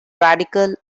radical